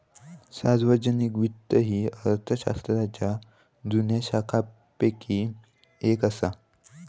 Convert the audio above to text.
सार्वजनिक वित्त ही अर्थशास्त्राच्या जुन्या शाखांपैकी येक असा